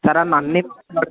సరే అన్న అన్ని